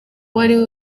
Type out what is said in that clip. uwari